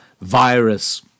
virus